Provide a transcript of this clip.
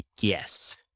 yes